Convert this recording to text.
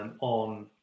on